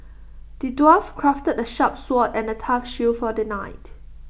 the dwarf crafted A sharp sword and A tough shield for the knight